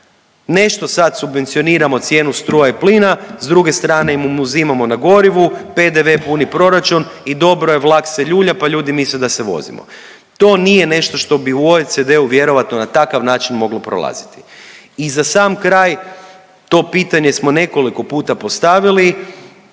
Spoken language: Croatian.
Nešto sad subvencioniramo cijenu struje i plina, s druge strane im uzimamo na gorivu, PDV puni proračun i dobro je, vlak se ljulja pa ljudi misle da se vozimo. To nije nešto što bi u OECD-u vjerojatno na takav način moglo prolaziti. I za sam kraj to pitanje smo nekoliko puta postavili